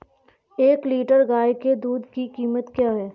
एक लीटर गाय के दूध की कीमत क्या है?